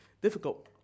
difficult